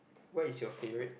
what is your favourite